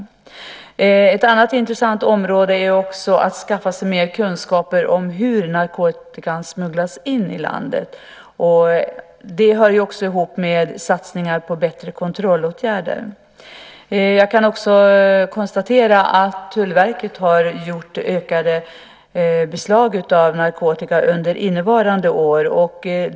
Ett annat intressant område är att skaffa sig mer kunskaper om hur narkotikan smugglas in i landet. Det hör också ihop med satsningar på bättre kontrollåtgärder. Jag kan konstatera att Tullverket har gjort ökade beslag av narkotika under innevarande år.